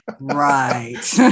Right